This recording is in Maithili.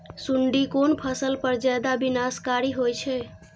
सुंडी कोन फसल पर ज्यादा विनाशकारी होई छै?